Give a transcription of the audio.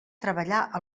treballar